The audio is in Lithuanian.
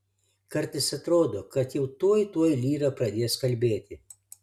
kartais atrodo kad jau tuoj tuoj lyra pradės kalbėti